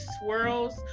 swirls